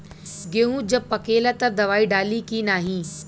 गेहूँ जब पकेला तब दवाई डाली की नाही?